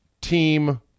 team